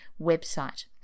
website